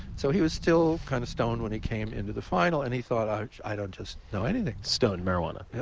so he was still kind of stoned when he came in to the final, and he thought, um i don't just know anything. stoned marijuana. yeah